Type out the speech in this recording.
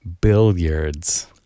Billiards